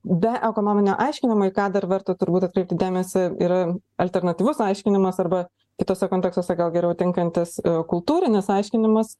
be ekonominio aiškinimo į ką dar verta turbūt atkreipti dėmesį yra alternatyvus aiškinimas arba kituose kontekstuose gal geriau tinkantis kultūrinis aiškinimas